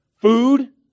food